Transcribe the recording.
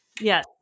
Yes